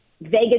Vegas